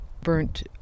burnt